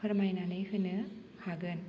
फोरमायनानै होनो हागोन